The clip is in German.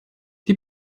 die